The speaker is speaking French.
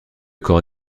corps